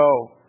go